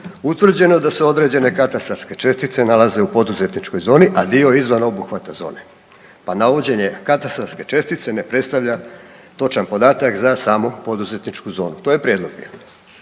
utvrđeno da se određene katastarske čestice nalaze u poduzetničkoj zonu, a dio izvan obuhvata zone pa navođenje katastarske čestice ne predstavlja točan podatak za samu poduzetničku zonu. To je prijedlog